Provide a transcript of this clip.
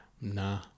nah